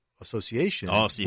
association